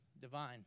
divine